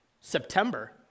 September